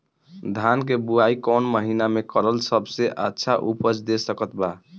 धान के बुआई कौन महीना मे करल सबसे अच्छा उपज दे सकत बा?